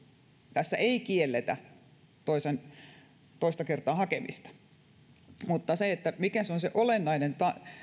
tässä ei kielletä toista kertaa hakemista mutta mikä se on se olennainen